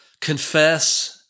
Confess